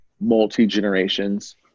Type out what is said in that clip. multi-generations